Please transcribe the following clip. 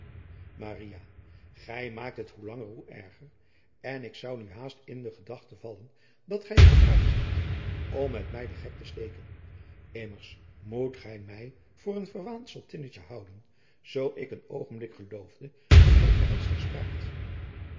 gij maakt het hoe langer hoe erger en ik zou nu haast in de gedachten vallen dat gij er op uit zijt om met mij den gek te steken immers moet gij mij voor een verwaand zottinnetje houden zoo ik een oogenblik geloofde dat gij ernstig spraakt